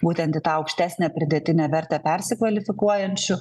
būtent į tą aukštesnę pridėtinę vertę persikvalifikuojančių